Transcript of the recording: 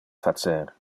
facer